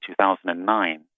2009